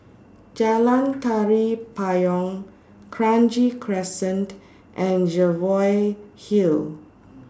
Jalan Tari Payong Kranji Crescent and Jervois Hill